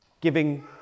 giving